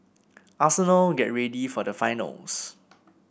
Arsenal get ready for the finals